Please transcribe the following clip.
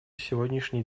сегодняшний